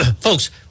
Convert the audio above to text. Folks